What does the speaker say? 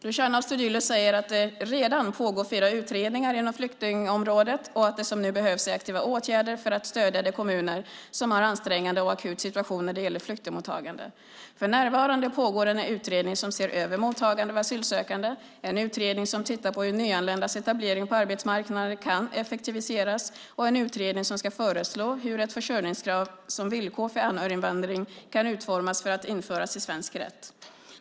Luciano Astudillo säger att det redan pågår fyra utredningar inom flyktingområdet och att det som nu behövs är aktiva åtgärder för att stödja de kommuner som har en ansträngande och akut situation när det gäller flyktingmottagande. För närvarande pågår en utredning som ser över mottagandet av asylsökande, en utredning som tittar på hur nyanländas etablering på arbetsmarknaden kan effektiviseras och en utredning som ska föreslå hur ett försörjningskrav som villkor för anhöriginvandring kan utformas för att införas i svensk rätt.